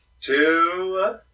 two